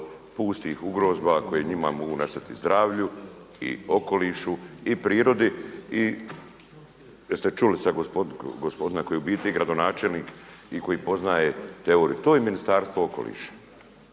pustih ugroza koje njima mogu nastati zdravlju i okolišu i prirodi. Jeste čuli sada gospodina koji je u biti gradonačelnik i koji poznaje teoriju, to je Ministarstvo okoliša